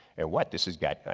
and what this has gotten,